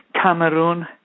Cameroon